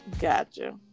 Gotcha